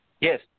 Yes